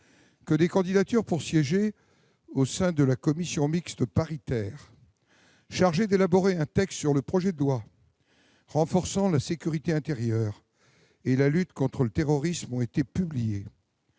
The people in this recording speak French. que des candidatures pour siéger au sein de la commission mixte paritaire chargée d'élaborer un texte sur le projet de loi renforçant la sécurité intérieure et la lutte contre le terrorisme ont été publiées.